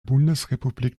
bundesrepublik